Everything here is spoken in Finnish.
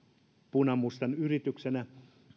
punamustan yrityksenä